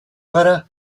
gara